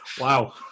Wow